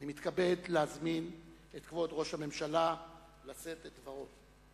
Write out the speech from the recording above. אני מתכבד להזמין את כבוד ראש הממשלה לשאת את דברו.